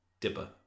dipper